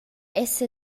esser